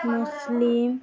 ମୁସଲିମ